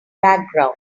background